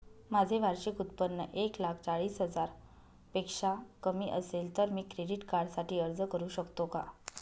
माझे वार्षिक उत्त्पन्न एक लाख चाळीस हजार पेक्षा कमी असेल तर मी क्रेडिट कार्डसाठी अर्ज करु शकतो का?